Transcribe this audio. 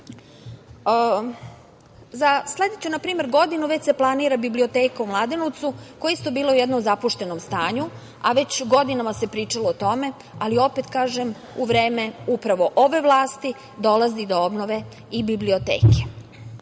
sledeću, na primer, godinu već se planira biblioteka u Mladenovcu koja je isto bila u jednom zapuštenom stanju, a već godinama se pričalo o tome, ali opet kažem, u vreme upravo ove vlasti dolazi do obnove i biblioteke. Nešto